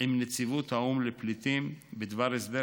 עם נציבות האו"ם לפליטים בדבר הסדר